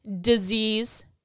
disease